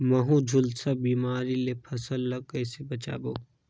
महू, झुलसा बिमारी ले फसल ल कइसे बचाबो?